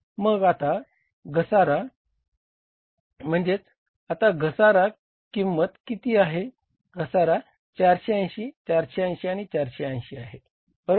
मग आता घसार म्हणजे आता घसारा किंमत किती आहे घसारा 480 480 आणि 480 आहे बरोबर